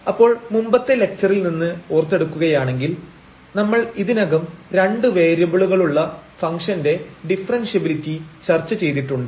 അപ്പോൾ മുമ്പത്തെ ലക്ച്ചറിൽ നിന്ന് ഓർത്തെടുക്കുകയാണെങ്കിൽ നമ്മൾ ഇതിനകം രണ്ട് വേരിയബിളുകളുള്ള ഫംഗ്ഷന്റെ ഡിഫറെൻഷ്യബിലിറ്റി ചർച്ച ചെയ്തിട്ടുണ്ട്